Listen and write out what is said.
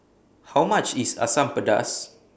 How much IS Asam Pedas